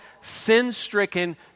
sin-stricken